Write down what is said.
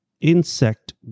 insect